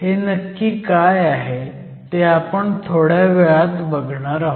हे नक्की काय आहे ते आपण थोड्या वेळात बघणार आहोत